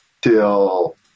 till